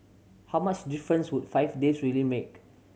how much difference would five days really make